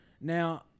Now